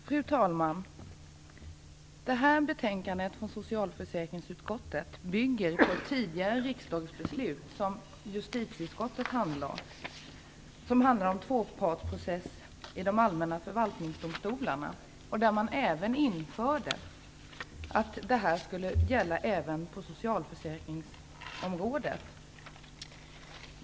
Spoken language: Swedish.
Fru talman! Det här betänkandet från socialförsäkringsutskottet bygger på ett tidigare riksdagsbeslut i ett ärende som handlades av justitieutskottet. Det handlade om tvåpartsprocess vid de allmänna förvaltningsdomstolarna, och där infördes att detta skulle gälla även på socialförsäkringsområdet.